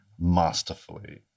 masterfully